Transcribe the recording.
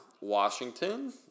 Washington